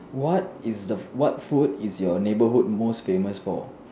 what is the what food is your neighborhood most famous for